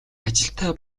ажилтай